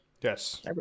Yes